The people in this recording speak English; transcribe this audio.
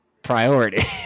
priority